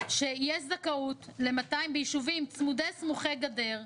שיש זכאות ל-200 ישובים צמודי סמוכי גדר,